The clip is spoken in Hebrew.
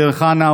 דיר חנא,